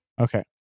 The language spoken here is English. Okay